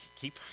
Keep